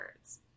birds